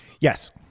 Yes